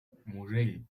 musell